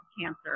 cancer